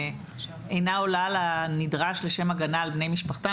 אינה עולה לנדרש לשם הגנה על בני משפחתם.